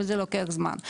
וזה לוקח זמן,